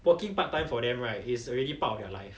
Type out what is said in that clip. working part time for them right is already part of your life